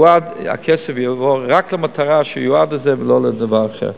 שהכסף יבוא רק למטרה שהוא יועד לה, ולא לדבר אחר.